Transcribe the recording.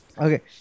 Okay